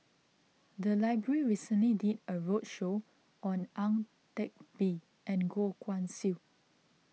the library recently did a roadshow on Ang Teck Bee and Goh Guan Siew